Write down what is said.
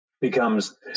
becomes